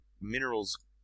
Minerals